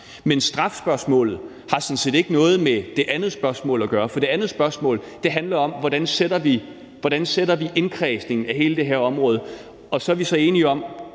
men strafspørgsmålet har sådan set ikke noget med det andet spørgsmål at gøre. For det andet spørgsmål handler om, hvordan vi indkredser hele det her område. Der er vi så enige om,